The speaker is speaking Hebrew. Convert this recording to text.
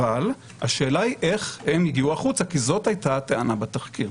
אבל השאלה היא איך הם הגיעו החוצה כי זאת הייתה הטענה בתחקיר.